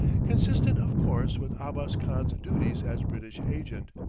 consistent, of course, with abbas khan's duties as british agent.